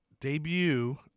Debut